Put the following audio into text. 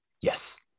Yes